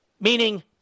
meaning